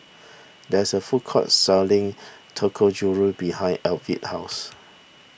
there is a food court selling Dangojiru behind Avie's house